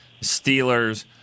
Steelers